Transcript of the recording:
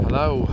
Hello